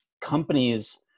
companies